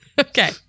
okay